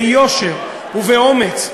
ביושר ובאומץ,